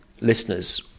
listeners